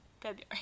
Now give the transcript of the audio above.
February